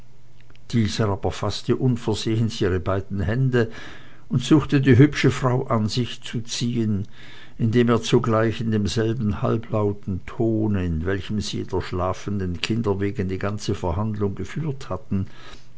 dieser aber faßte unversehens ihre beiden hände und suchte die hübsche frau an sich zu ziehen indem er zugleich in demselben halblauten tone in welchem sie der schlafenden kinder wegen die ganze verhandlung geführt hatten